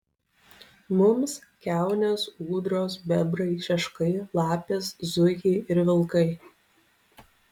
mums kiaunės ūdros bebrai šeškai lapės zuikiai ir vilkai